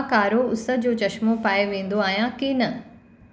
मां कारो उस जो चश्मो पाए वेंदो आहियां की न